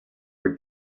are